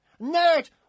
nerd